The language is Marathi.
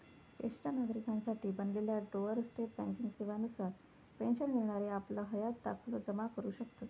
ज्येष्ठ नागरिकांसाठी बनलेल्या डोअर स्टेप बँकिंग सेवा नुसार पेन्शन घेणारे आपलं हयात दाखलो जमा करू शकतत